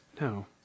No